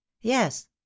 yes